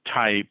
type